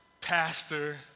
pastor